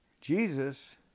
Jesus